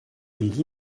gli